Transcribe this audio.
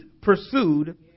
pursued